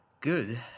Good